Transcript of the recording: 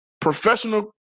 professional